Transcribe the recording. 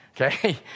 Okay